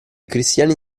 cristiani